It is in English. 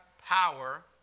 power